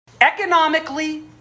economically